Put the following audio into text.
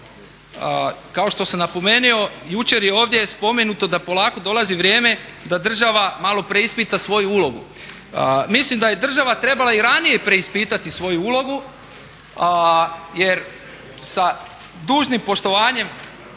kao što sam napomenuo jučer je ovdje spomenuto da polako dolazi vrijeme da država malo preispita svoju ulogu. Mislim da je država trebala i ranije preispitati svoju ulogu, jer sa dužnim poštovanjem